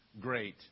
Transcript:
great